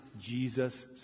Jesus